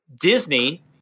disney